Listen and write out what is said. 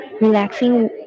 relaxing